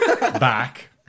back